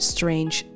Strange